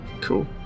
Cool